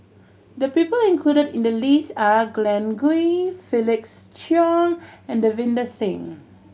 the people included in the list are Glen Goei Felix Cheong and Davinder Singh